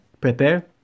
prepare